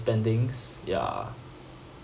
spendings ya